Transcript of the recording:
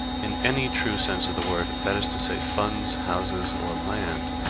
in any true sense of the word, that that is to say, funds, houses or land,